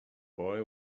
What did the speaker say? boy